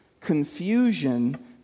confusion